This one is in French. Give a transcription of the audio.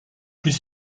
plus